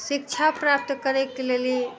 शिक्षा प्राप्त करयके लेल ई